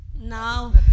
Now